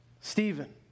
Stephen